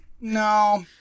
no